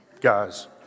guys